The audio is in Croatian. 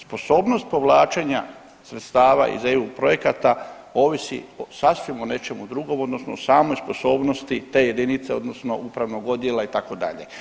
Sposobnost povlačenja sredstava iz EU projekata ovisi o sasvim nečem drugom, odnosno o samoj sposobnosti te jedinice, odnosno upravnog odjela itd.